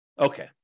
Okay